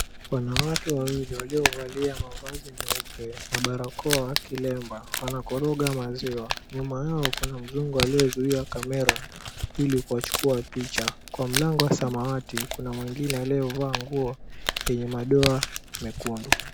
Wanawake wawili waliovalia mavazi meupe na barokoa kilemba, wanakoroga maziwa. Nyuma yao kuna mzungu aliyezuia kamera ili kuwachukua picha. Kwa mlango wa samawati kuna mwingine leo vaa nguo yenye madoa mekundu.